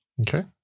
okay